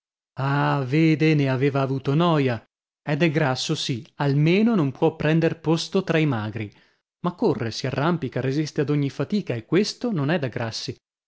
ah vede ne aveva avuto noia ed è grasso sì almeno non può prender posto tra i magri ma corre si arrampica resiste ad ogni fatica e questo non è da grassi